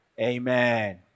Amen